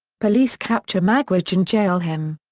police capture magwitch and jail him.